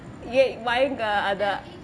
ya வைங்க அத:vaingge atha